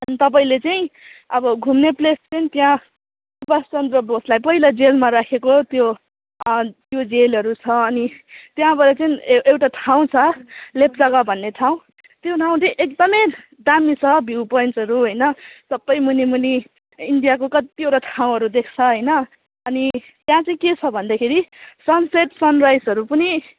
अनि तपाईँले चाहिँ अब घुम्ने प्लेस चाहिँ त्यहाँ सुवासचन्द्र बोसलाई पहिला जेलमा राखेको त्यो त्यो जेलहरू छ अनि त्यहाँबाट चाहिँ एउटा ठाउँ छ लेप्चागा भन्ने ठाउँ त्यो ठाउँ चाहिँ एकदमै दामी छ भ्यू पोइन्ट्सहरू होइन सबै मुनि मुनि इन्डियाको कतिवटा ठाउँहरू देख्छ होइन अनि त्यहाँ चाहिँ के छ भन्दाखेरि सनसेट सनराइजहरू पनि